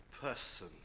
person